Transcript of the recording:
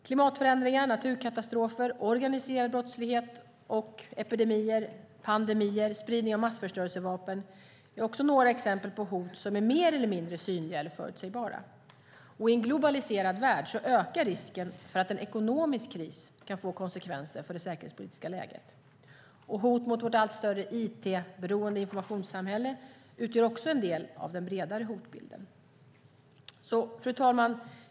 Klimatförändringar, naturkatastrofer, organiserad brottslighet, epidemier, pandemier och spridning av massförstörelsevapen är också några exempel på hot som är mer eller mindre synliga eller förutsägbara. I en globaliserad värld ökar risken för att en ekonomisk kris kan få konsekvenser för det säkerhetspolitiska läget. Hot mot vårt allt större it-beroende informationssamhälle utgör också en del av den bredare hotbilden. Fru talman!